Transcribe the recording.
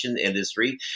industry